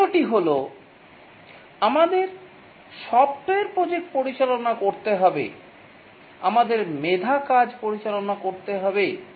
তৃতীয়টি হল আমাদের সফ্টওয়্যার প্রজেক্ট পরিচালনা করতে হবে আমাদের মেধা কাজ পরিচালনা করতে হবে